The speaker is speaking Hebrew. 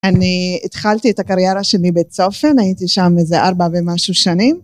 אני התחלתי את הקריירה שלי בצופן, הייתי שם איזה ארבע ומשהו שנים.